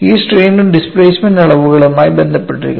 ഈ strain displacement അളവുകളുമായി ബന്ധപ്പെട്ടിരിക്കുന്നു